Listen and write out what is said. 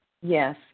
Yes